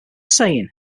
saying